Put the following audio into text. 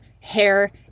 hair